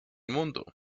mundo